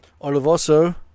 olivoso